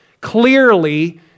Clearly